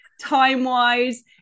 time-wise